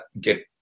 get